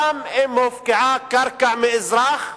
גם אם הופקעה קרקע מאזרח,